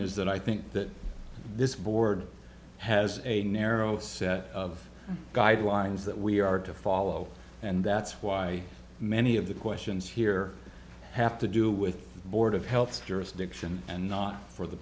is that i think that this board has a narrow set of guidelines that we are to follow and that's why many of the questions here have to do with the board of health jurisdiction and not for the